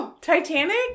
Titanic